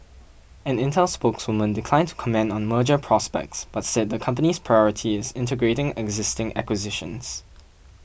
an Intel spokeswoman declined to comment on merger prospects but said the company's priority is integrating existing acquisitions